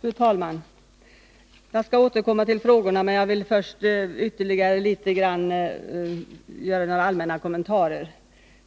Fru talman! Jag skall återkomma till frågorna, men jag vill först göra några allmänna kommentarer.